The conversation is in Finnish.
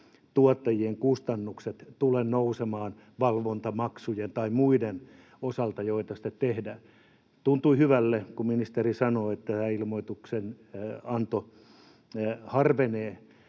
kautta tuottajien kustannukset nousemaan valvontamaksujen tai muiden osalta, joita sitten tehdään. Tuntui hyvälle, kun ministeri sanoi, että ilmoitustenanto harvenee.